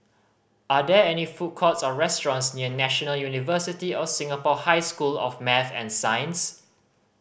are there any food courts or restaurants near National University of Singapore High School of Math and Science